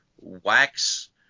wax